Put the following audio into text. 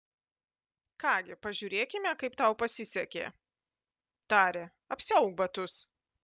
ką gi pažiūrėkime kaip tau pasisekė tarė apsiauk batus